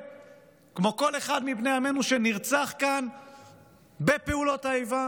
כמו כל אחד מבני עמנו שנרצח כאן בפעולות האיבה?